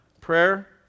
prayer